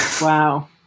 Wow